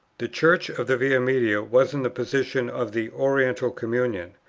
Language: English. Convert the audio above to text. the church of the via media was in the position of the oriental communion,